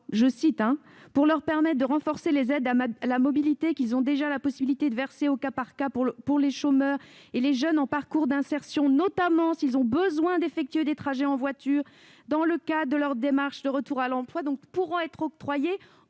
l'emploi pour leur permettre de renforcer les aides à la mobilité qu'ils ont déjà la possibilité de verser au cas par cas aux chômeurs et jeunes en parcours d'insertion, notamment s'ils ont besoin d'effectuer des trajets en voiture dans le cadre de leur démarche de retour à l'emploi ». Ces aides devront donc être octroyées